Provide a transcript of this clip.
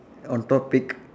on topic